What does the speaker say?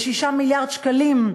6 מיליארדי שקלים,